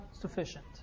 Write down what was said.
sufficient